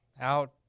out